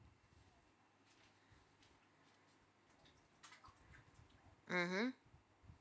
mmhmm